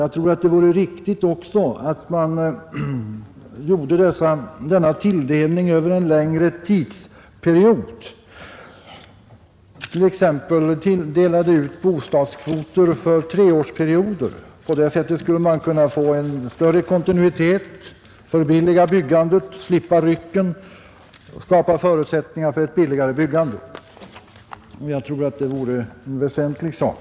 Jag tror också att det vore riktigt att man gjorde denna tilldelning över en längre tidsperiod, t.ex. delade ut bostadskvoter för treårsperioder. På det sättet skulle man kunna få större kontinuitet, förbilliga byggandet, slippa ryckigheten osv., och det vore en väsentlig sak.